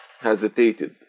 hesitated